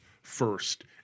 first